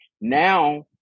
Now